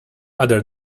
other